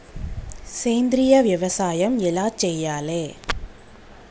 సేంద్రీయ వ్యవసాయం ఎలా చెయ్యాలే?